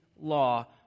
law